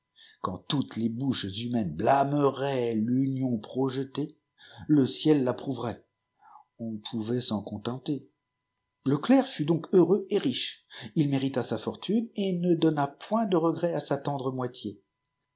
quand toiybçib le boucher humaines blàmsiéit l'union jojetée le ciel l'appiuvemit on pouvait s'en contenter le clerc fut donc heureux et riche u mérita jsa fortune et ne dpja yit de rfp à sa tendre